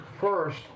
first